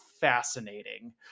fascinating